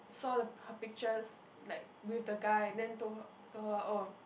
saw the her pictures like with the guy and then told her told her oh